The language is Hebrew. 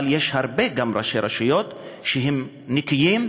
אבל יש גם הרבה ראשי רשויות שהם נקיים,